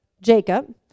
Jacob